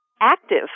active